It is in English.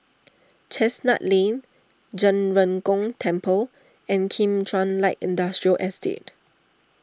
Chestnut Lane Zhen Ren Gong Temple and Kim Chuan Light Industrial Estate